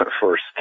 first